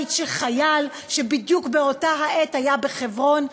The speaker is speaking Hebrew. בית של חייל שבדיוק באותה העת היה בחברון,